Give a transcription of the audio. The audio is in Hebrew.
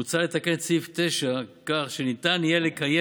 מוצע לתקן את סעיף 9 כך שניתן יהיה לקיים